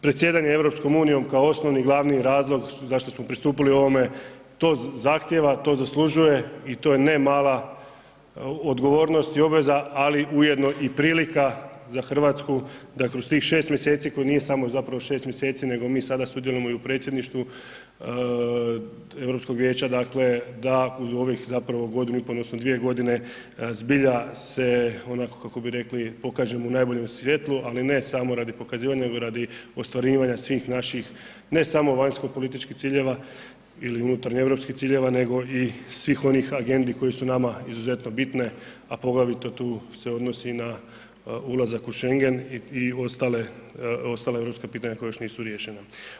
Predsjedanje EU-om kao osnovni i glavni razlog zašto smo pristupili ovome, to zahtjeva, to zaslužuje i to je nama odgovornost i obveza ali ujedno i prilika za Hrvatsku da kroz tih 6 mj. koje nije samo zapravo 6 mj. nego mi sada sudjelujemo i u predsjedništvu Europskog vijeća, dakle da uz ovih godinu i pol odnosno 2 g. zbilja se onako kako bi rekli, pokažemo u najboljem svjetlu ali ne samo radi pokazivanja nego i radi ostvarivanja svih naših ne samo vanjskopolitičkih ciljeva ili unutareuropskih ciljeva nego i svih onih agendi koje su nama izuzetno bitne a poglavito tu se odnosi na ulazak u Schengen i ostala europska pitanja koja još nisu riješena.